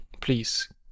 please